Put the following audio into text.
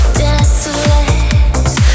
desolate